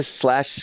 slash